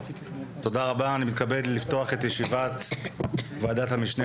אני מתכבד לפתוח את ישיבת ועדת המשנה